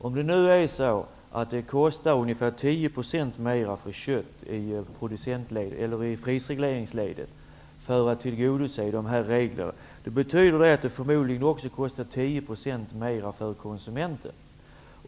Om det kostar ungefär 10 procent mer i prisregleringsledet att tillgodose de här reglerna, betyder det att köttet förmodligen också kostar 10 procent mer för konsumenten.